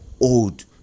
old